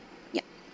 ya